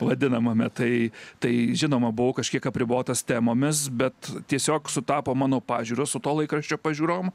vadinamame tai tai žinoma buvau kažkiek apribotas temomis bet tiesiog sutapo mano pažiūros su to laikraščio pažiūrom